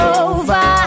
over